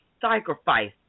sacrifice